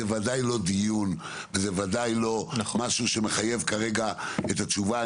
זה בוודאי לא דיון וזה בוודאי לא משהו שמחייב כרגע את התשובה.